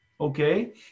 okay